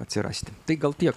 atsirasti tai gal tiek